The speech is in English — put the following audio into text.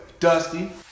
Dusty